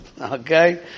Okay